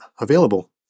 available